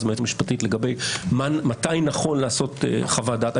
מהיועצת המשפטית מתי נכון לעשות חוות דעת.